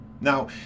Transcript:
Now